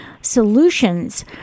solutions